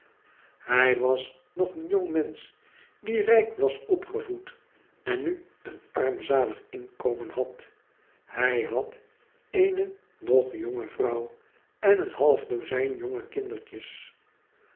hij was nog eei jong mensch die rijk was opgevoed en nu een armzalig inkomen had hij had eene nog jonge vrouw en een half dozijn jonge kindertjes